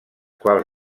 quals